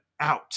out